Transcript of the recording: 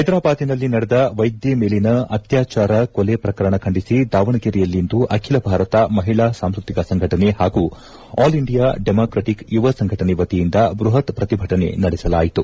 ಹೈದರಾಬಾದಿನಲ್ಲಿ ನಡೆದ ವೈದ್ವೆ ಮೇಲಿನ ಅತ್ವಾಚಾರ ಕೊಲೆ ಪ್ರಕರಣ ಖಂಡಿಸಿ ದಾವಣಗೆರೆಯಲ್ಲಿಂದು ಅಖಿಲ ಭಾರತ ಮಹಿಳಾ ಸಾಂಸ್ಟತಿಕ ಸಂಘಟನೆ ಹಾಗೂ ಆಲ್ ಇಂಡಿಯಾ ಡೆಮಾಕ್ರಟಿಕ್ ಯುವ ಸಂಘಟನೆ ವತಿಯಿಂದ ಬೃಹತ್ ಪ್ರತಿಭಟನೆ ನಡೆಸಲಾಯಿತು